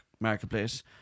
Marketplace